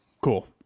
Cool